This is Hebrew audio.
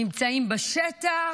נמצאים בשטח,